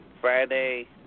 Friday